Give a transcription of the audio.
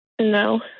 No